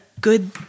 good